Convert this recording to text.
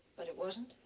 but it wasn't?